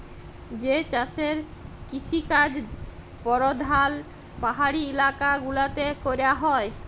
যে চাষের কিসিকাজ পরধাল পাহাড়ি ইলাকা গুলাতে ক্যরা হ্যয়